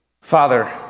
Father